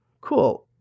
cool